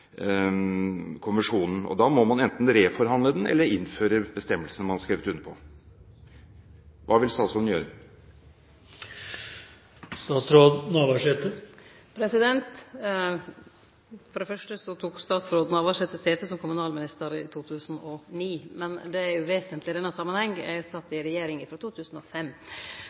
Da må man enten reforhandle den eller innføre bestemmelsen man har skrevet under på. Hva vil statsråden gjøre? For det fyrste tok statsråd Navarsete sete som kommunalminister i 2009, men det vesentlege i denne samanhengen er at eg sat i regjering frå 2005.